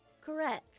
Correct